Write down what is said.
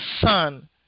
sun